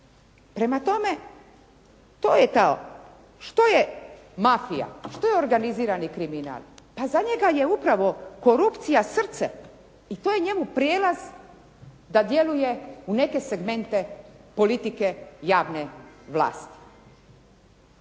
je to, što je mafija? Što je organizirani kriminal? Pa za njega je upravo korupcija srce i to je njemu prijelaz da djeluje u neke segmente politike javne vlasti.